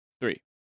three